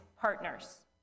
partners